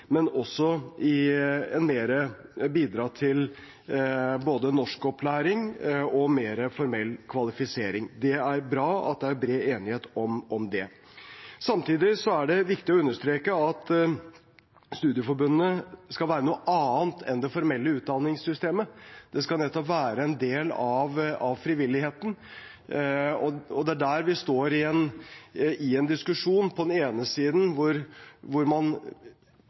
bidra til både norskopplæring og mer formell kvalifisering. Det er bra at det er bred enighet om det. Samtidig er det viktig å understreke at studieforbundene skal være noe annet enn det formelle utdanningssystemet. De skal nettopp være en del av frivilligheten. Det er der vi står i en diskusjon hvor man på den ene siden